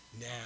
now